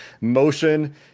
Motion